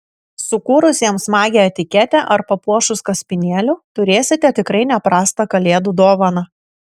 sukūrus jam smagią etiketę ar papuošus kaspinėliu turėsite tikrai ne prastą kalėdų dovaną